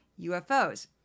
UFOs